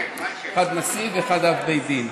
אחד נשיא ואחד אב בית דין,